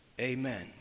Amen